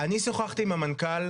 אני שוחחתי עם המנכ"ל,